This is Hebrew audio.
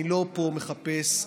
אני לא מחפש פה.